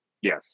Yes